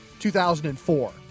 2004